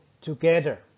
together